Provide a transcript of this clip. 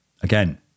again